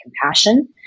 compassion